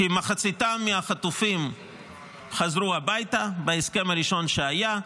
כמחצית החטופים חזרו הביתה בהסכם הראשון שהיה.